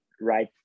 right